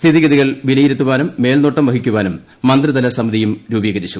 സ്ഥിതിഗതികൾ വിലയിരുത്താനും മേൽനോട്ടം വഹിക്കുവാനും മന്ത്രിതല സമിതിയും രുപീകരിച്ചു